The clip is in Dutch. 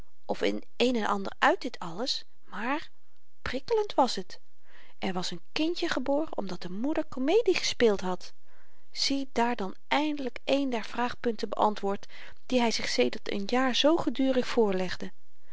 of in een en ander uit dit alles maar prikkelend wàs het er was n kindje geboren omdat de moeder komedie gespeeld had ziedaar dan eindelyk één der vraagpunten beantwoord die hy zich sedert n jaar zoo gedurig voorlegde